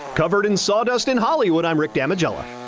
covered in sawdust in hollywood, i'm rick damigella.